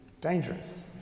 dangerous